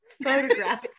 Photograph